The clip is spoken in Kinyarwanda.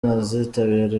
ntazitabira